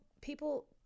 people